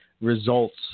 results